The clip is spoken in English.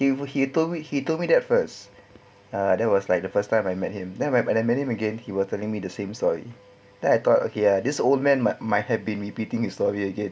he will he told me he told me that first ah that was like the first time I met him then when when I met him again he was telling me the same story that I thought okay ah this old man might might have been repeating his story again